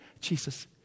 Jesus